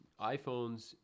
iphones